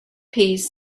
piece